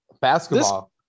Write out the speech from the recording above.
basketball